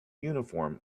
uniform